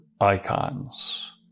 icons